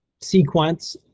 sequence